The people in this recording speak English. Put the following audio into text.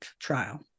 trial